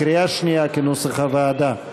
בקריאה שנייה כנוסח הוועדה: